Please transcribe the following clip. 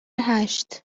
هشت